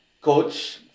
coach